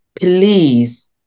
please